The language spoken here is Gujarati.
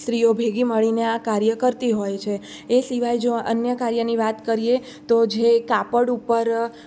સ્ત્રીઓ ભેગી મળીને આ કાર્ય કરતી હોય છે એ સિવાય જો અન્ય કાર્યની વાત કરીએ તો જે કાપડ ઉપર